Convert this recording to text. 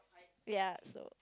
ya so